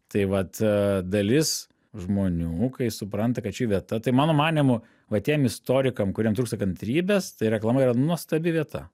tai vat dalis žmonių kai supranta kad ši vieta tai mano manymu va tiem istorikam kuriem trūksta kantrybės tai reklama yra nuostabi vieta